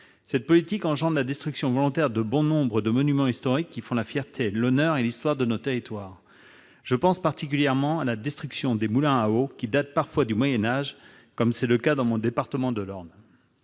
cette politique engendre la destruction volontaire de bon nombre de monuments historiques qui font la fierté, l'honneur et l'histoire de nos territoires. Je pense particulièrement à la destruction de moulins à eau qui datent parfois du Moyen Âge, comme c'est le cas dans mon département de l'Orne.